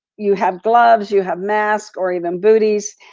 you have gloves, you have mask or even booties,